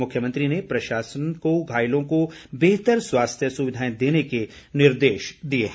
मुख्यमंत्री ने प्रशासन को घायलों को बेहतर स्वास्थ्य सुविधाएं देने के निर्देश दिए हैं